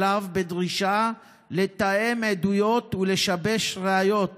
אליו בדרישה לתאם עדויות ולשבש ראיות